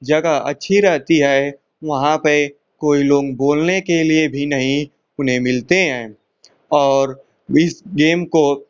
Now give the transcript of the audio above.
जगह अच्छी रहती है वहाँ पर कोई लोग बोलने के लिए भी नहीं उन्हें मिलते हैं और इस गेम को